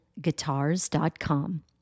guitars.com